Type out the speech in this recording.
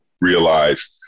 realize